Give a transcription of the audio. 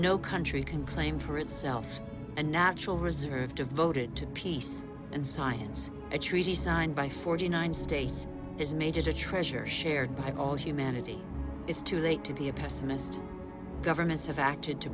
no country can claim for itself a natural reserve devoted to peace and science a treaty signed by forty nine states is made as a treasure shared by all humanity is too late to be a pessimist governments have acted to